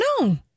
No